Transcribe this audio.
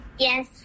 Yes